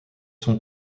sont